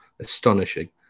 Astonishing